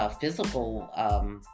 physical